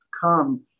come